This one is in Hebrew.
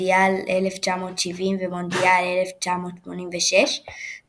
גברה על הצעה של מרוקו במהלך הצבעה